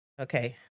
Okay